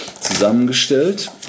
zusammengestellt